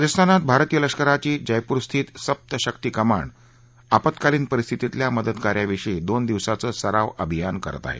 राजस्थानात भारतीय लष्कराची जयपूरस्थित सप्त शक्ती कमांड आपत्कालीन परिस्थितीतल्या मदतकार्याविषयी दोन दिवसाचं सराव अभियान करत आहे